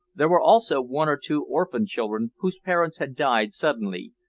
there were also one or two orphan children whose parents had died suddenly,